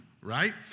right